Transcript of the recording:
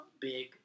Big